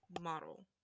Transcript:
model